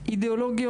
אידיאולוגיות,